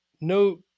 no